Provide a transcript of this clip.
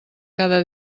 cada